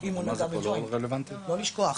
אם הוא נגע בג'וינט, לא לשכוח.